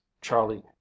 Charlie